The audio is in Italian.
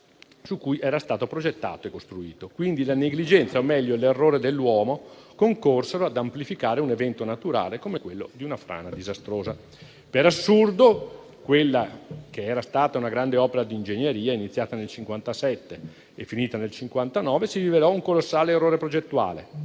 su cui era stato progettato e costruito. Quindi la negligenza, o meglio l'errore dell'uomo, concorsero ad amplificare un evento naturale come quello di una frana disastrosa. Per assurdo, quella che era stata una grande opera di ingegneria, iniziata nel 1957 e finita nel 1959, si rivelò un colossale errore progettuale